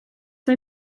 mae